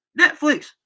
Netflix